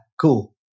cool